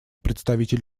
представитель